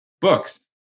books